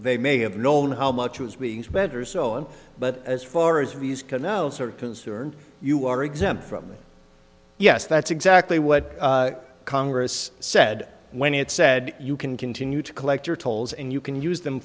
they may have known how much was being better so on but as far as views canals are concerned you are exempt from the yes that's exactly what congress said when it said you can continue to collect your tolls and you can use them